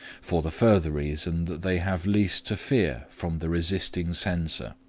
for the further reason that they have least to fear from the resisting censor.